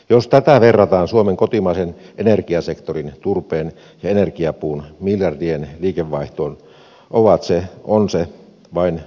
jos tätä verrataan suomen kotimaisen energiasektorin turpeen ja energiapuun miljardien liikevaihtoon on se vain prosenttiluokkaa